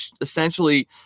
essentially